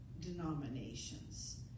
denominations